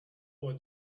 what